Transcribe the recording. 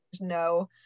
no